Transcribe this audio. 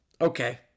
Okay